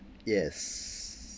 yes